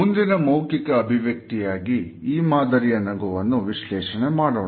ಮುಂದಿನ ಮೌಖಿಕ ಅಭಿವ್ಯಕ್ತಿಯಾಗಿ ಈ ಮಾದರಿಯ ನಗುವನ್ನು ವಿಶ್ಲೇಷಣೆ ಮಾಡೋಣ